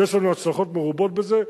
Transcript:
ויש לנו הצלחות מרובות בזה,